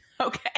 Okay